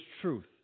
truth